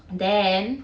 and then